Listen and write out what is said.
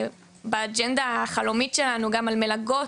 באג'נדה החלומית שלנו גם על מלגות